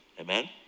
Amen